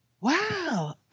Wow